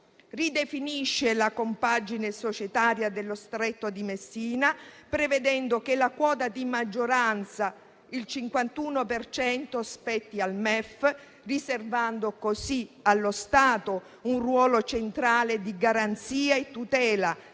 ridefinisce la compagine societaria dello Stretto di Messina, prevedendo che la quota di maggioranza, il 51 per cento, spetti al MEF, riservando così allo Stato un ruolo centrale di garanzia e tutela,